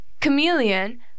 Chameleon